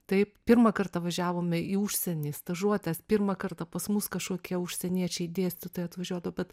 taip pirmą kartą važiavome į užsienį stažuotes pirmą kartą pas mus kažkokie užsieniečiai dėstytojai atvažiuodavo bet